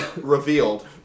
revealed